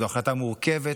זו החלטה מורכבת,